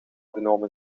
genomen